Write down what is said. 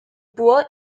poor